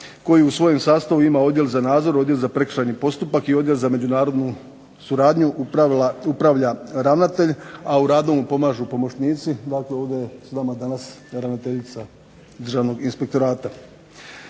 koji u svojem sastavu ima Odjel za nadzor, Odjel za prekršajni postupak i Odjel za međunarodnu suradnju, upravlja ravnatelj, a u radu mu pomažu pomoćnici, dakle ovdje je s nama danas ravnateljica Državnog inspektorata.